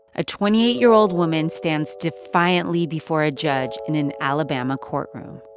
a twenty eight year old woman stands defiantly before a judge in an alabama courtroom.